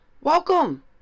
Welcome